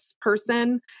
person